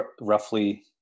roughly